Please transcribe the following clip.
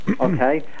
Okay